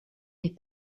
les